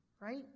right